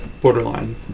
borderline